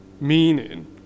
meaning